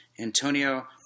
Antonio